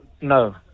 No